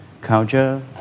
culture